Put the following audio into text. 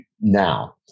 now